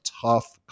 tough